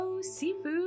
seafood